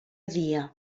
dia